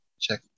check